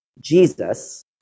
Jesus